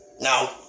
Now